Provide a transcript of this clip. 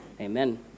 Amen